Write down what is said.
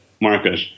market